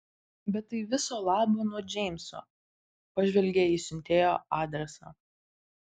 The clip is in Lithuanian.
bet tai viso labo nuo džeimso pažvelgė į siuntėjo adresą